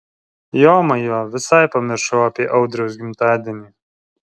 jomajo visai pamiršau apie audriaus gimtadienį